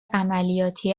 عملیاتی